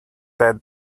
dead